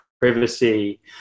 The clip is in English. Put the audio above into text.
privacy